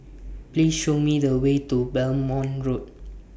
Please Show Me The Way to Belmont Road